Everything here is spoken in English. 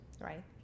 right